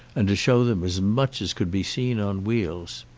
and show them as much as could be seen on wheels.